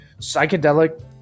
psychedelic